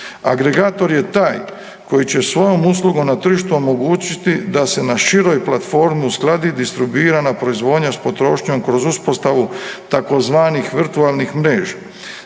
Agregator je taj koji će svojom uslugom na tržištu omogućiti da se na široj platformi uskladi distribuirana proizvodnja s potrošnjom kroz uspostavu tzv. virtualnih mreža.